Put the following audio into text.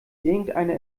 irgendeine